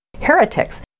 heretics